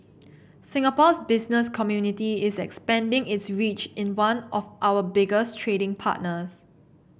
Singapore's business community is expanding its reach in one of our biggest trading partners